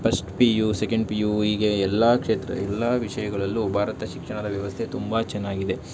first P U second P U ಹೀಗೆ ಎಲ್ಲ ಕ್ಷೇತ್ರ ಎಲ್ಲ ವಿಷಯಗಳಲ್ಲೂ ಭಾರತ ಶಿಕ್ಷಣದ ವ್ಯವಸ್ಥೆ ತುಂಬ ಚೆನ್ನಾಗಿದೆ